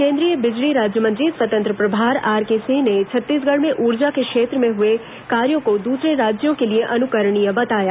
केन्द्रीय बिजली राज्यमंत्री स्वतंत्र प्रभार आरके सिंह ने छत्तीसगढ़ में ऊर्जा के क्षेत्र में हुए कार्यों को दूसरे राज्यों के लिए अनुकरणीय बताया